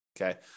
okay